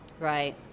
Right